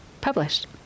published